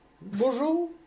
Bonjour